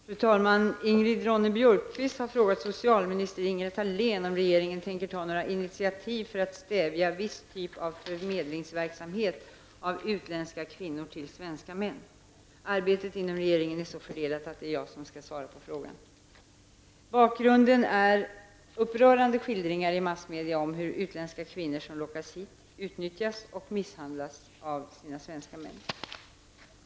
Fru talman! Ingrid Ronne-Björkqvist har frågat socialminister Ingela Thalén om regeringen tänker ta några initiativ för att stävja viss typ av förmedlingsverksamhet av utländska kvinnor till svenska män. Arbetet inom regeringen är så fördelat att det är jag som skall svara på frågan. Bakgrunden är upprörande skildringar i massmedia om hur utländska kvinnor, som lockats hit, utnyttjas och misshandlas av sina svenska män.